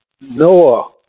Noah